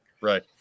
Right